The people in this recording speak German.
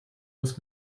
muss